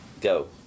go